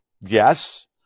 Yes